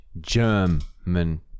German